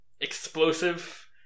explosive